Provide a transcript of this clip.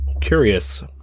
Curious